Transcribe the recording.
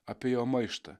apie jo maištą